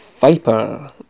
Viper